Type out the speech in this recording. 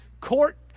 court